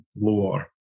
lower